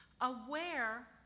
aware